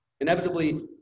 inevitably